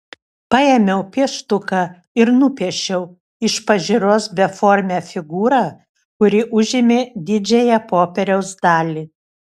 paėmiau pieštuką ir nupiešiau iš pažiūros beformę figūrą kuri užėmė didžiąją popieriaus dalį